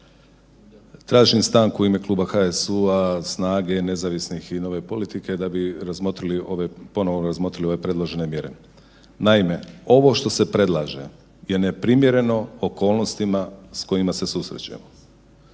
Tražim stanku u ime kluba HSU-a, SNAGA-e, nezavisnih i Nove politike da bi ponovno razmotrili ove predložene mjere. Naime, ovo što se predlaže je neprimjereno okolnostima s kojima se susrećemo.